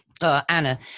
Anna